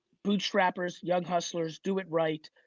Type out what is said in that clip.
bootstrappers young hustlers do it right.